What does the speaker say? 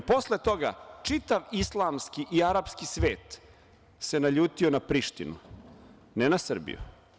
Posle toga, čitav islamski i arapski svet se naljuti na Prištinu, ne na Srbiju.